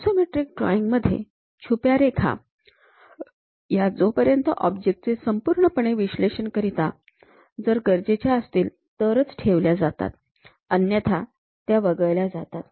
isometric drawing मध्ये छुप्या रेखा ह्या जोपर्यंत ऑब्जेक्टचे संपूर्णपणे विश्लेषण करण्याकरिता जर गरजेच्या असतील तरच ठेवल्या जातात अन्यथा त्या वगळल्या जातात